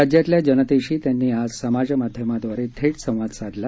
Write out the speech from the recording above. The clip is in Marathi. राज्यातल्या जनतेशी त्यांनी आज समाजमाध्यादवारे थेट संवाद साधला